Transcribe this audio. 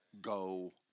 Go